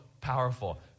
powerful